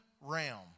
realm